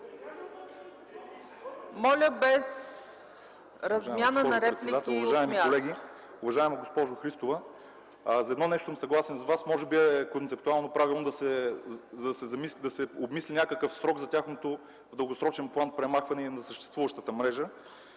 Моля без размяна на реплики от